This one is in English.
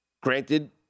Granted